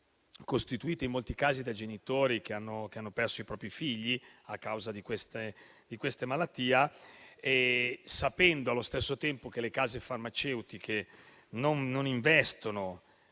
costituite in molti casi da genitori che hanno perso i propri figli a causa della malattia, e allo stesso tempo le case farmaceutiche non investono